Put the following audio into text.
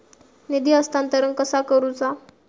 निधी हस्तांतरण कसा करुचा?